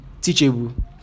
teachable